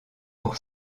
pour